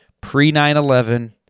pre-9-11